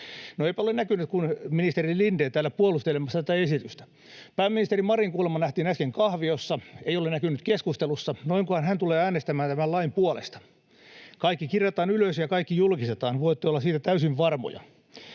eipä ole näkynyt kuin ministeri Lindén täällä puolustelemassa tätä esitystä. Pääministeri Marin kuulemma nähtiin äsken kahviossa, ei ole näkynyt keskustelussa — noinkohan hän tulee äänestämään tämän lain puolesta? Kaikki kirjataan ylös ja kaikki julkistetaan, voitte olla siitä täysin varmoja.